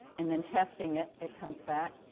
and then testing it, it comes back.